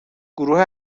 گروه